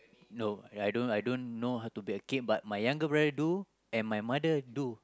no I don't I don't know how to bake a cake but my but my younger brother do and my mother do